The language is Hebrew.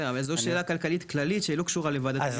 אבל זאת שאלה כלכלית כללית שלא קשורה לוועדה.